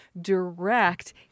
direct